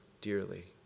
dearly